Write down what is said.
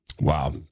Wow